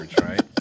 right